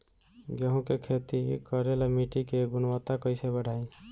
गेहूं के खेती करेला मिट्टी के गुणवत्ता कैसे बढ़ाई?